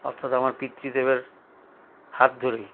অর্থাৎ পিতৃদেবের হাত ধরেই